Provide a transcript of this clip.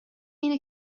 اینه